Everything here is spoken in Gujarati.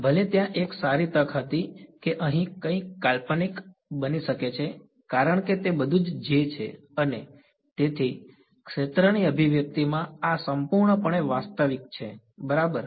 ભલે ત્યાં એક સારી તક હતી કે અહીં કંઈક કાલ્પનિક બની શકે છે કારણ કે તે બધું જ છે અને તેથી ક્ષેત્રની અભિવ્યક્તિમાં આ સંપૂર્ણપણે વાસ્તવિક છે બરાબર